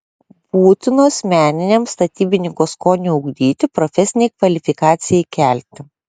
būtinos meniniam statybininko skoniui ugdyti profesinei kvalifikacijai kelti